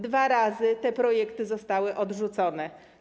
Dwa razy te projekty zostały odrzucone.